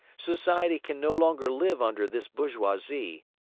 society can no longer live under this bourgeoisie,